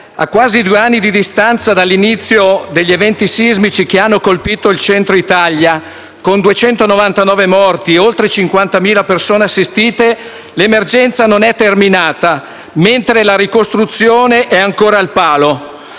a quasi due anni di distanza dall'inizio degli eventi sismici che hanno colpito il Centro Italia, con 299 morti e oltre 50.000 persone assistite, l'emergenza non è terminata, mentre la ricostruzione è ancora al palo.